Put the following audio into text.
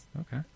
Okay